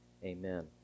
Amen